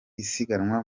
isiganwa